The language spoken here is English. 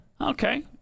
Okay